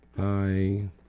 Hi